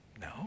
No